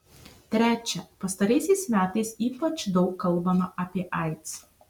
trečia pastaraisiais metais ypač daug kalbama apie aids